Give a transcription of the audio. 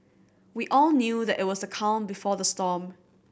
we all knew that it was a calm before the storm